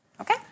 Okay